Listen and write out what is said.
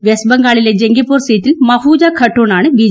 west ബംഗാളിലെ ജങ്കിപൂർ സീറ്റിൽ മഫൂജാ ഖട്ടൂൺ ആണ് ബി